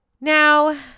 Now